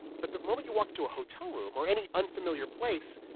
but the moment you walk to a hotel room, or any unfamiliar place,